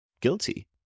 guilty